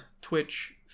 Twitch